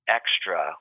extra